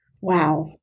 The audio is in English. Wow